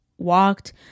walked